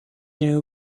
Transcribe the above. new